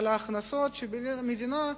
על ההכנסות של המדינה,